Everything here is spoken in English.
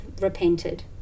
repented